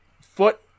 foot